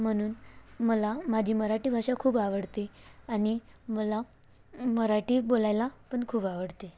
म्हणून मला माझी मराठी भाषा खूप आवडते आणि मला मराठी बोलायला पण खूप आवडते